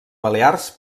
balears